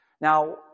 Now